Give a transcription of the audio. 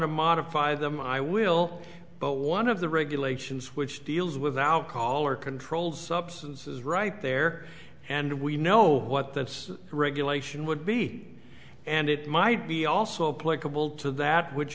to modify them i will but one of the regulations which deals without color controlled substance is right there and we know what this regulation would be and it might be also put coupled to that which